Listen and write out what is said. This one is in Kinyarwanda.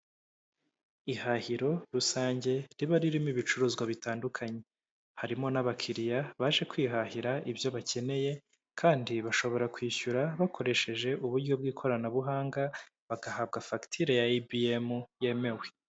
Ihahiro rusange riba ririmo ibicuruzwa bitandukanye, harimo n'abakiriya baje kwihahira ibyo bakeneye kandi bashobora kwishyura bakoresheje uburyo bw'ikoranabuhanga bagahabwa fagitire ya ibi emu yemewe.